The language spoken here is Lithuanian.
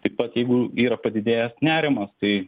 taip pat jeigu yra padidėjęs nerimas tai